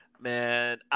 Man